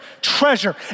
treasure